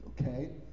Okay